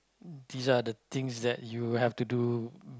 these are the things that you have to do